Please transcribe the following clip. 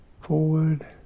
forward